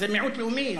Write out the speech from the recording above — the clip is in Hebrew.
זה מיעוט לאומי,